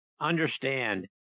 understand